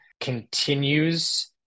continues